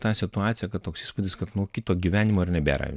tą situaciją kad toks įspūdis kad nu kito gyvenimo ir nebėra